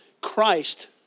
Christ